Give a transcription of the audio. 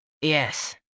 Yes